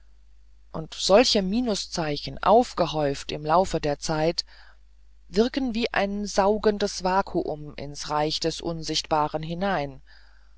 und solche minuszeichen aufgehäuft im laufe der zeit wirken wie ein saugendes vakuum ins reich des unsichtbaren hinein